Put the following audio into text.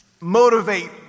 motivate